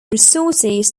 resources